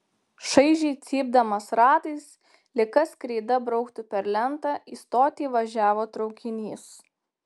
šaižiai cypdamas ratais lyg kas kreida brauktų per lentą į stotį įvažiavo traukinys